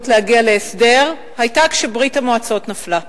להגיע להסדר היתה כשברית-המועצות נפלה.